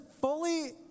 fully